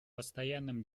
постоянным